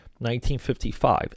1955